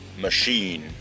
Machine